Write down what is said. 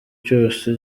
cyose